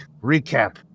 Recap